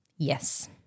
Yes